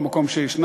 במקום שיש,